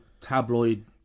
tabloid